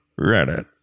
Reddit